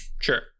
Sure